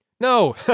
No